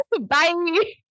bye